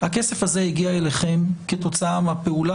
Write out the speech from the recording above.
הכסף הזה הגיע אליכם כתוצאה מהפעולה,